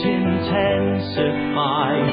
intensify